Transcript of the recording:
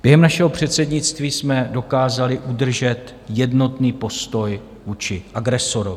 Během našeho předsednictví jsme dokázali udržet jednotný postoj vůči agresorovi.